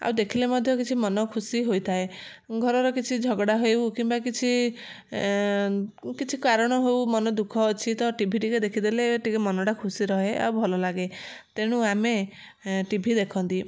ଆଉ ଦେଖିଲେ ମଧ୍ୟ କିଛି ମନ ଖୁସି ହୋଇଥାଏ ଘରର କିଛି ଝଗଡ଼ା ହେଉ କିମ୍ବା କିଛି କିଛି କାରଣ ହଉ ମନ ଦୁଃଖ ଅଛି ତ ଟି ଭି ଟିକେ ଦେଖିଦେଲେ ଟିକେ ମନଟା ଖୁସି ରହେ ଆଉ ଭଲଲାଗେ ତେଣୁ ଆମେ ଟି ଭି ଦେଖନ୍ତି